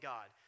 God